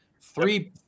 three